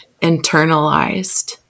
internalized